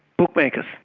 bookmakers,